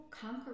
conquer